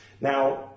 Now